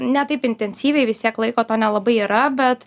ne taip intensyviai vis tiek laiko to nelabai yra bet